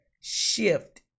shift